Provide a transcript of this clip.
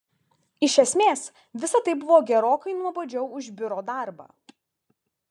iš esmės visa tai buvo gerokai nuobodžiau už biuro darbą